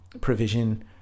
provision